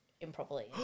improperly